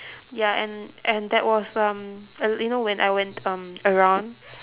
ya and and that was um well you know when I went um around